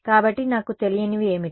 కాబట్టి నాకు తెలియనివి ఏమిటి